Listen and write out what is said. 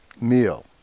meal